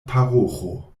paroĥo